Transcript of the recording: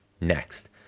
next